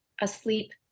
asleep